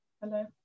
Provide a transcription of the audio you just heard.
Hello